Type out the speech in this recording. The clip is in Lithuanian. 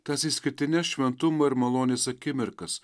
tas išskirtines šventumo ir malonias akimirkas